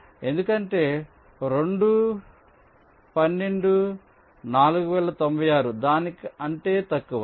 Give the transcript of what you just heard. ఎందుకంటే 2 12 4096 దాని కంటే తక్కువ